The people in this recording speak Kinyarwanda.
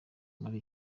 muri